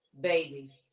baby